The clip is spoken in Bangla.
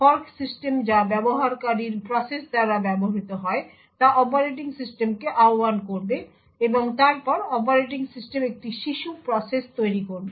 ফর্ক সিস্টেম যা ব্যবহারকারীর প্রসেস দ্বারা ব্যবহৃত হয় তা অপারেটিং সিস্টেমকে আহ্বান করবে এবং তারপর অপারেটিং সিস্টেম একটি শিশু প্রসেস তৈরি করবে